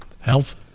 health